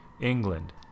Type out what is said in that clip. England